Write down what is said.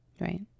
right